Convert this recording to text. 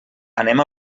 anem